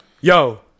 yo